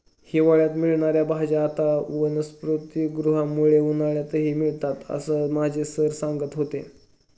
हिवाळ्यात मिळणार्या भाज्या आता वनस्पतिगृहामुळे उन्हाळ्यातही मिळतात असं माझे सर सांगत होते